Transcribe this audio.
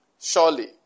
Surely